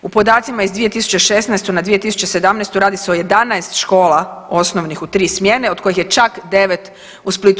U podacima iz 2016. na 2017. radi se o 11 škola osnovnih u 3 smjene od kojih je čak 9 u Splitu.